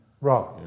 Right